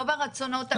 לא ברצונות.